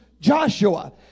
Joshua